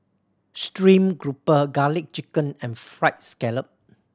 stream grouper Garlic Chicken and Fried Scallop